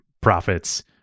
profits